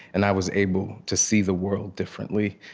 and i was able to see the world differently.